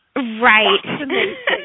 Right